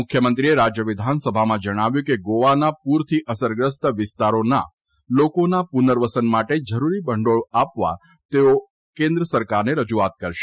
મુખ્યમંત્રીએ રાજ્ય વિધાન સભામાં જણાવ્યું હતું કે ગોવાના પૂરથી અસરગ્રસ્ત વિસ્તારોના લોકોના પુનર્વસન માટે જરૂરી ભંડોળ આપવા તેઓ કેન્દ્ર સરકારને રજુઆત કરશે